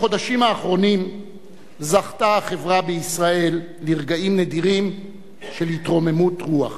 בחודשים האחרונים זכתה החברה בישראל לרגעים נדירים של התרוממות רוח,